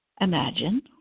imagine